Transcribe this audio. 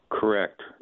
Correct